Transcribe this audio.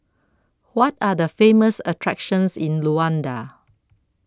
What Are The Famous attractions in Luanda